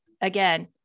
again